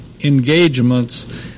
engagements